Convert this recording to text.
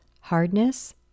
hardness